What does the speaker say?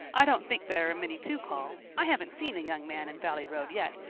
i don't think there are many to call. i haven't seen a young man in valley road yet,